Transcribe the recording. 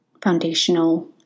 foundational